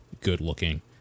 good-looking